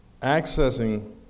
Accessing